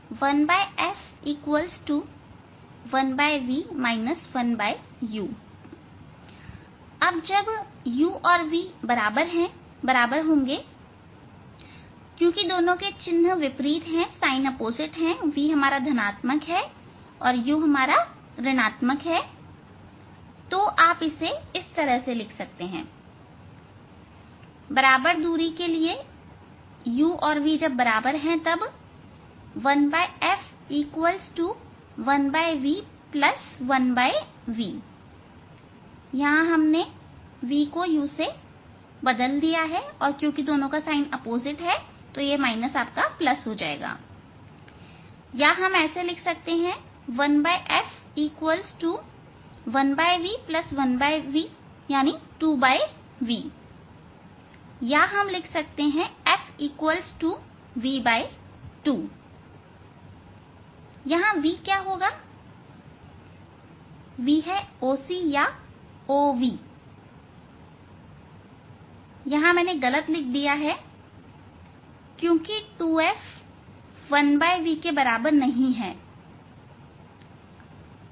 1 f 1 v 1 u जब v और u बराबर होंगे v और u बराबर हैं और क्योंकि दोनों के चिन्ह विपरीत है v धनात्मक है और u ऋणआत्मक है तो आप इस तरह से लिख सकते हैं यह होगा 1 f 1 v 1 v समान दूरी के लिए uv या यह होगा 1 f 1 v 1 v 2v या 1 f 2 v या f v 2 यहां v क्या होगा v है OC या OV यहां मैंने गलत लिख दिया है क्योंकि 2F 1v के बराबर नहीं है